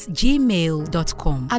gmail.com